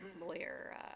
lawyer